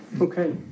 Okay